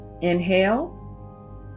Inhale